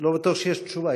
לא בטוח שיש תשובה.